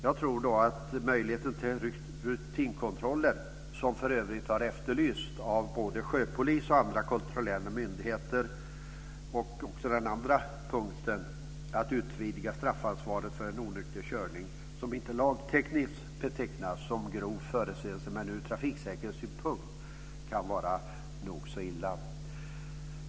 Det handlar om möjligheten att göra rutinkontroller, som för övrigt har efterlysts av både sjöpolisen och andra kontrollerande myndigheter, och också om att utvidga straffansvaret för en onykter körning som inte lagtekniskt betecknas som en grov förseelse men som ur trafiksäkerhetssynpunkt kan vara nog så illa.